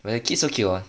eh the kids quite cute ah